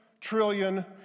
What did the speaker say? trillion